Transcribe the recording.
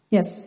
Yes